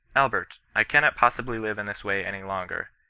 albert, i cannot possibly live in this way any longer.